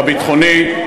הביטחוני,